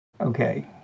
Okay